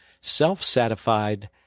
self-satisfied